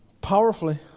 Powerfully